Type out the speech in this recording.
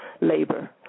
labor